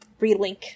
relink